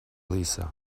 lisa